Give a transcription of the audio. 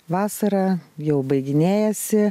vasarą jau baiginėjasi